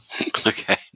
Okay